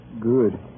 Good